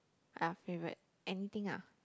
are favourite anything ah